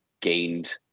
gained